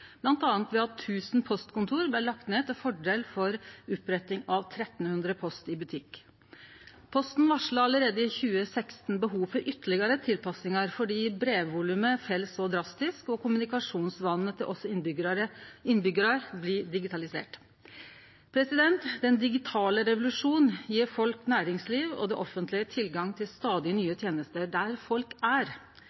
bl.a. ved at 1 000 postkontor blei lagde ned til fordel for oppretting av 1 300 Post i butikk. Posten varsla allereie i 2016 behov for ytterlegare tilpassingar, fordi brevvolumet fell så drastisk og kommunikasjonsvanane til oss innbyggjarar blir digitaliserte. Den digitale revolusjonen gjev folk, næringsliv og det offentlege tilgang til stadig